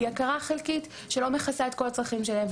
היא הכרה חלקית שלא מכסה את כל הצרכים שלהם,